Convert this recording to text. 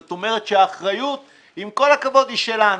זאת אומרת שהאחריות, עם כל הכבוד, היא שלנו.